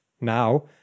Now